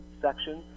section